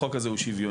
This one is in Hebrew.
החוק הזה הוא שוויוני.